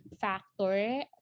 factor